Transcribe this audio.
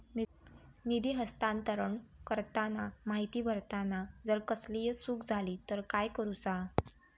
निधी हस्तांतरण करताना माहिती भरताना जर कसलीय चूक जाली तर काय करूचा?